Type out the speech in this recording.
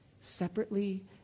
separately